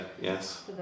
yes